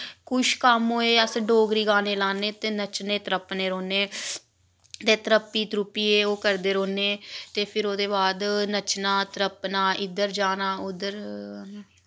कुछ कम्म होए अस डोगरी गाने लाने ते नच्चने त्रप्पने रौह्ने ते त्रप्पी त्रुप्पियै ओह् करदे रौह्ने ते फिर ओह्दे बाद नच्चना त्रप्पना इद्धर जाना उद्धर